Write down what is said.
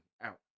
out